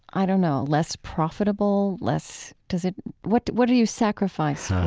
i don't know, less profitable, less does it what what do you sacrifice ah